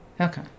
Okay